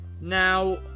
Now